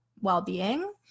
well-being